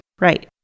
Right